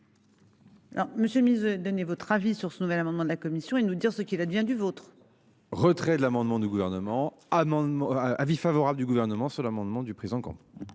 Monsieur mise donner votre avis sur ce nouvel amendement de la commission et nous dire ce qu'il advient du vôtre. Retrait de l'amendement du gouvernement. À mon avis favorable du gouvernement sur l'amendement du président